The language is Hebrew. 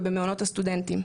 ובמעונות הסטודנטים.